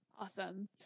awesome